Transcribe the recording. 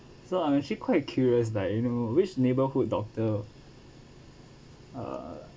so I'm actually quite curious like you know which neighbourhood doctor uh